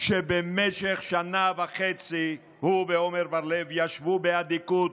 שבמשך שנה וחצי הוא ועמר בר לב ישבו באדיקות,